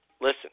listen